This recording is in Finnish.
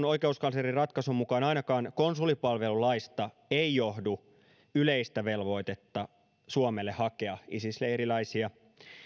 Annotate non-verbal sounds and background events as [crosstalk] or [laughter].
[unintelligible] oikeuskanslerin ratkaisun mukaan ainakaan konsulipalvelulaista ei johdu yleistä velvoitetta suomelle hakea isis leiriläisiä